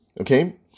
okay